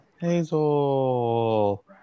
Hazel